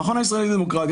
המכון הישראלי לדמוקרטיה,